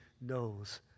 knows